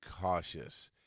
cautious